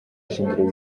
shingiro